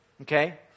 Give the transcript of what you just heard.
okay